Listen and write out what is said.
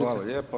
Hvala lijepo.